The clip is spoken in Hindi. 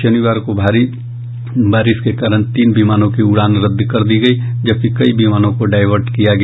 शनिवार को भारी बारिश के कारण तीन विमानों की उड़ान रद्द कर दी गयी जबकि कई विमानों को डायवर्ट किया गया